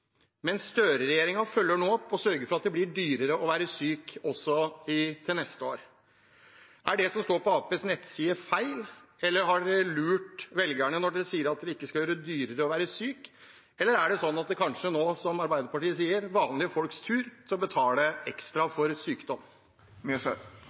også til neste år. Er det som står på Arbeiderpartiets nettside feil, eller har man lurt velgerne når man sier at man ikke skal gjøre det dyrere å være syk? Eller er det sånn at det kanskje nå – som Arbeiderpartiet sier – er vanlige folks tur til å betale ekstra